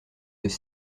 des